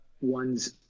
one's